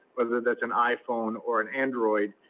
whether that's an iphone or an android,